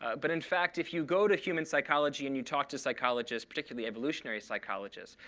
but in fact, if you go to human psychology and you talk to psychologists, particularly evolutionary psychologists,